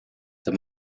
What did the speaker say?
the